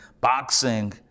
boxing